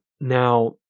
Now